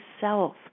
self